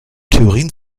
theorien